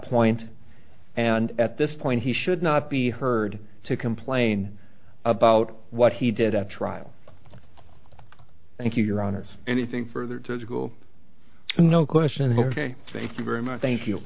point and at this point he should not be heard to complain about what he did at trial thank you your honors anything further to school no question of ok thank you very much thank you